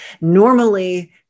Normally